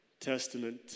testament